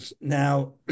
Now